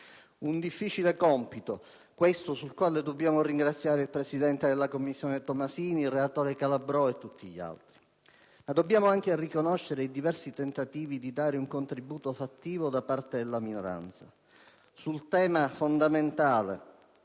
Un difficile compito questo, per il quale dobbiamo ringraziare il presidente della Commissione Tomassini, il relatore Calabrò e tutti gli altri. Dobbiamo però anche riconoscere i diversi tentativi di dare un contributo fattivo da parte della minoranza. Sul tema fondamentale,